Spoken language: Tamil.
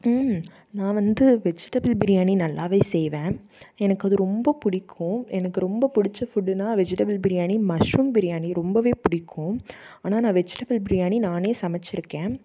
நான் வந்து வெஜிடபுள் பிரியாணி நல்லாவே செய்வேன் எனக்கு அது ரொம்ப பிடிக்கும் எனக்கு ரொம்ப பிடுச்ச ஃபுட்டுனால் வெஜிடபுள் பிரியாணி மஷ்ரூம் பிரியாணி ரொம்பவே பிடிக்கும் ஆனால் நான் வெஜிடபுள் பிரியாணி நானே சமைச்சிருக்கேன்